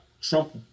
Trump